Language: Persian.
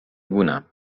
بونم